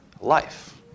life